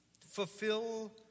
Fulfill